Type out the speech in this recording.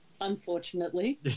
unfortunately